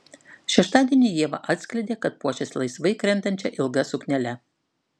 šeštadienį ieva atskleidė kad puošis laisvai krentančia ilga suknele